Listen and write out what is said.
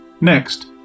Next